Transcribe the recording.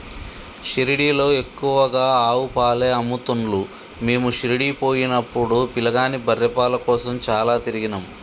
షిరిడీలో ఎక్కువగా ఆవు పాలే అమ్ముతున్లు మీము షిరిడీ పోయినపుడు పిలగాని బర్రె పాల కోసం చాల తిరిగినం